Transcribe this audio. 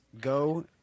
go